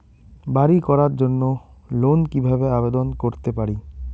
বাড়ি করার জন্য লোন কিভাবে আবেদন করতে পারি?